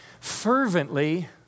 fervently